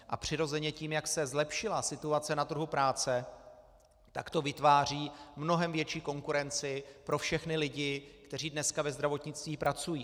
A přirozeně tím, jak se zlepšila situace na trhu práce, tak to vytváří mnohem větší konkurenci pro všechny lidi, kteří dneska ve zdravotnictví pracují.